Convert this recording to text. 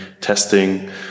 testing